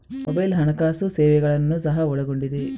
mobile ಹಣಕಾಸು ಸೇವೆಗಳನ್ನು ಸಹ ಒಳಗೊಂಡಿದೆ